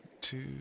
two